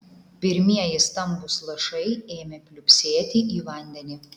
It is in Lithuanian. pirmieji stambūs lašai ėmė pliumpsėti į vandenį